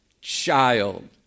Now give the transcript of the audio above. child